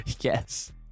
Yes